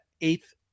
eighth